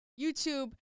YouTube